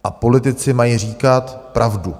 A politici mají říkat pravdu.